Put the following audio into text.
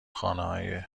خانه